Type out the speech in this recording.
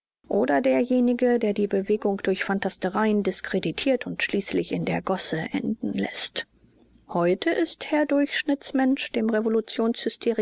oder derjenige der die bewegung durch phantastereien diskreditiert und schließlich in der gosse enden läßt heute ist herr durchschnittsmensch dem